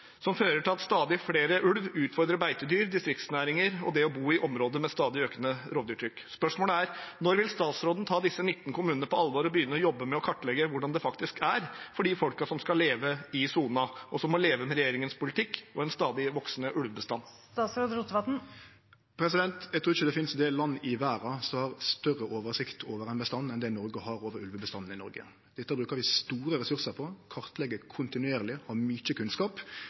som fører til at stadig flere ulver utfordrer beitedyr, distriktsnæringer og det å bo i områder med stadig økende rovdyrtrykk. Spørsmålet er: Når vil statsråden ta disse 19 kommunene på alvor og begynne å jobbe med å kartlegge hvordan det faktisk er for de folkene som skal leve i sonen, og som må leve med regjeringens politikk og en stadig voksende ulvebestand? Eg trur ikkje det finst det landet i verda som har større oversikt over ein bestand enn det Noreg har over ulvebestanden i Noreg. Dette bruker vi store ressursar på – vi kartlegg kontinuerleg og har mykje kunnskap,